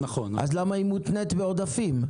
אז למה היא מותנית בעודפים?